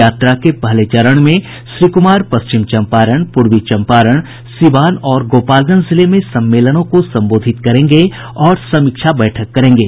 यात्रा के पहले चरण में श्री कुमार पश्चिम चम्पारण पूर्वी चम्पारण सीवान और गोपालगंज जिले में सम्मेलनों को संबोधित करेंगे और समीक्षा बैठक करेंगे